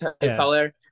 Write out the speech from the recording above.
color